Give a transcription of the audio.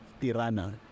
Tirana